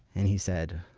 and he said,